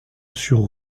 sur